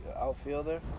outfielder